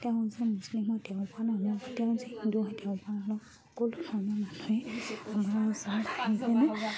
তেওঁ যে মুছলিম হয় তেওঁৰ পৰা নলওঁ তেওঁ যে হিন্দু হয় তেওঁ পৰা লওঁ সকলো ধৰ্মৰ মানুহেই আমাৰ ওচৰত আহে কিনে